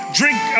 drink